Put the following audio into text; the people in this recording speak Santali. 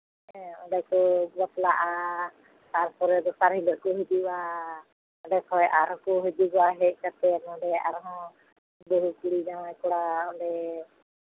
ᱦᱮᱸ ᱚᱸᱰᱮ ᱠᱚ ᱵᱟᱯᱞᱟᱜᱼᱟ ᱛᱟᱨᱯᱚᱨᱮ ᱫᱚᱥᱟᱨ ᱦᱤᱞᱳᱜ ᱠᱚ ᱦᱤᱡᱩᱜᱼᱟ ᱚᱸᱰᱮ ᱠᱷᱚᱡ ᱟᱨᱦᱚᱸ ᱠᱚ ᱦᱤᱡᱩᱜᱼᱟ ᱦᱮᱡ ᱠᱟᱛᱮ ᱱᱚᱰᱮ ᱟᱨᱦᱚᱸ ᱵᱟᱹᱦᱩ ᱠᱩᱲᱤ ᱡᱟᱶᱟᱭ ᱠᱚᱲᱟ ᱚᱸᱰᱮ